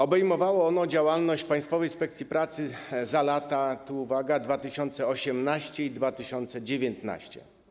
Obejmowało ono działalność Państwowej Inspekcji Pracy za lata - uwaga - 2018 i 2019.